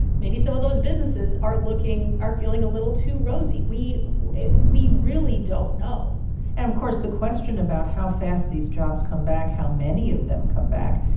maybe some of those businesses are looking are feeling a little too rosy. we we really don't know and, of course, the question about how fast these jobs come back, how many of them come back,